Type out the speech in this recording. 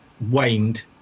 waned